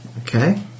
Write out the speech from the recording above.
Okay